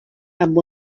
amb